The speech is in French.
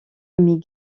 remy